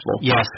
Yes